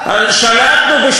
היה?